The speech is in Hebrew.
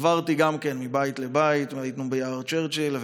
עברתי מבית לבית והיינו ביער צ'רצ'יל.